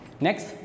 Next